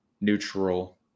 neutral